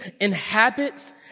inhabits